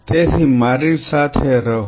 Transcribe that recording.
તેથી મારી સાથે રહો